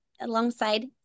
alongside